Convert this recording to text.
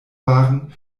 waren